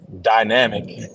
dynamic